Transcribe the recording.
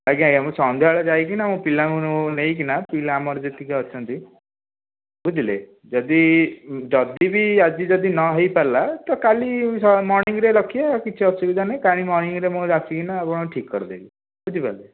ଆଜ୍ଞା ଆଜ୍ଞା ମୁଁ ସନ୍ଧ୍ୟାବେଳେ ଯାଇକିନା ମୁଁ ପିଲାଙ୍କୁ ନେଇକିନା ପିଲା ଆମର ଯେତିକି ଅଛନ୍ତି ବୁଝିଲେ ଯଦି ଯଦିବି ଆଜି ଯଦି ନହୋଇପାରିଲା ତ କାଲି ମର୍ଣ୍ଣିଂରେ ରଖିବେ କିଛି ଅସୁବିଧା ନାହିଁ କାଲି ମର୍ଣ୍ଣିଂରେ ମୁଁ ଆସିକିନା ଆପଣଙ୍କର ଠିକ୍ କରିଦେବି ବୁଝିପାରିଲେ